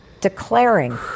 declaring